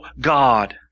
God